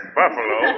buffalo